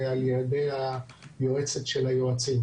ועל ידי היועצת של היועצים,